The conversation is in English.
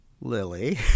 Lily